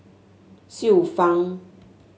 Xiu Fang